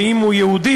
ואם הוא יהודי,